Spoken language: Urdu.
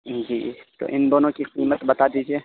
جی تو ان دونوں کی قیمت بتا دیجیے